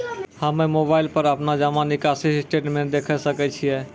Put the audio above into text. हम्मय मोबाइल पर अपनो जमा निकासी स्टेटमेंट देखय सकय छियै?